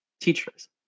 teachers